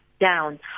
down